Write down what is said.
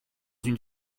une